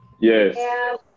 Yes